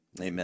amen